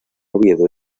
oviedo